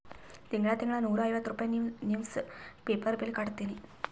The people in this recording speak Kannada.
ತಿಂಗಳಾ ತಿಂಗಳಾ ನೂರಾ ಐವತ್ತ ರೂಪೆ ನಿವ್ಸ್ ಪೇಪರ್ ಬಿಲ್ ಕಟ್ಟತ್ತಿನಿ